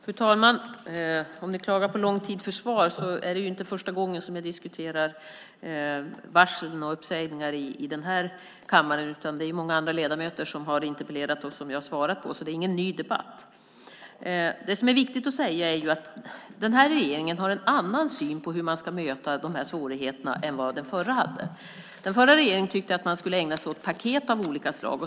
Fru talman! Om ni klagar på lång tid för svar; det är inte första gången som vi diskuterar varsel och uppsägningar i den här kammaren. Det är många andra ledamöter som har ställt interpellationer som jag har besvarat. Det är ingen ny debatt. Det är viktigt att säga att den här regeringen har en annan syn på hur man ska möta svårigheterna än vad den förra hade. Den förra regeringen tyckte att man skulle ägna sig åt paket av olika slag.